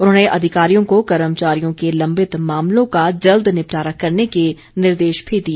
उन्होंने अधिकारियों को कर्मचारियों के लंबित मामलों का जल्द निपटारा करने के निर्देश भी दिए